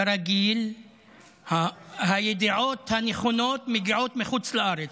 כרגיל, הידיעות הנכונות מגיעות מחוץ לארץ,